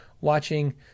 watching